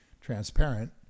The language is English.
transparent